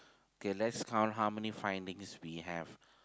okay let's count how many findings we have